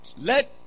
Let